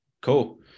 cool